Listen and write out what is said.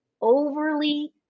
overly